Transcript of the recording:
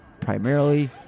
primarily